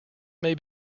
may